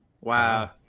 wow